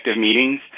meetings